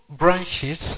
branches